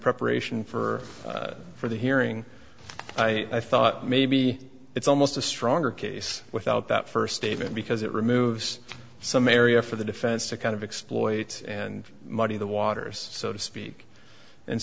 preparation for for the hearing i thought maybe it's almost a stronger case without that first statement because it removes some area for the defense to kind of exploit and muddy the waters so to speak and